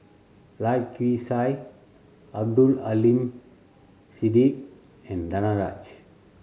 Lai Kew Chai Abdul Aleem Siddique and Danaraj